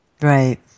Right